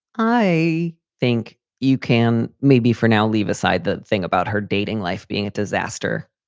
i think you can maybe for now leave aside that thing about her dating life being a disaster.